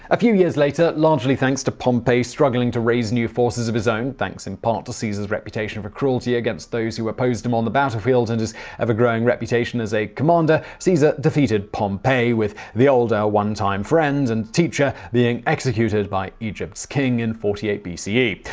a few years later, largely thanks to pompey struggling to raise new forces of his own thanks in part to caesar's reputation for cruelty against those who opposed him on the battlefield and his ever growing reputation as a commander caesar defeated pompey, with the older one-time friend and teacher being executed by egypt's king in forty eight bce.